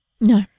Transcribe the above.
No